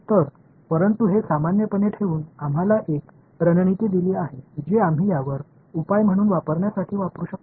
तर परंतु हे सामान्यपणे ठेवून आम्हाला एक रणनीती दिली आहे जी आम्ही यावर उपाय म्हणून वापरण्यासाठी वापरू शकतो